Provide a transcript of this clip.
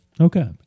Okay